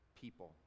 people